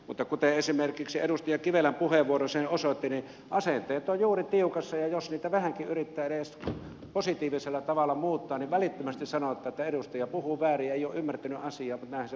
mutta kuten esimerkiksi edustaja kivelän puheenvuoro osoitti asenteet ovat juuri tiukassa ja jos niitä vähänkin yrittää edes positiivisella tavalla muuttaa niin välittömästi sanotaan että edustaja puhuu väärin ja ei ole ymmärtänyt asiaa mutta näinhän se voi tietenkin olla